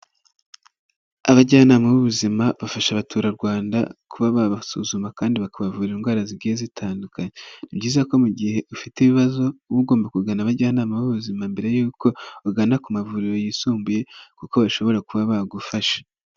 Abajyanama b'ubuzima bafasha abaturarwanda kuba babasuzuma kandi bakabavura indwara zigiye zitandukanye. Ni byiza ko mu gihe ufite ibibazo uba ugomba kugana abajyanama b'ubuzima mbere yuko ugana ku mavuriro yisumbuye kuko bashobora kuba bagufasha.